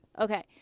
Okay